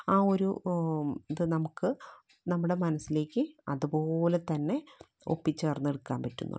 ആ ഒരു ഇത് നമുക്ക് നമ്മുടെ മനസ്സിലേക്ക് അതുപോലെതന്നെ ഒപ്പി ചേർന്ന് എടുക്കാൻ പറ്റുന്നുണ്ട്